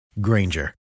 Granger